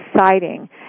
exciting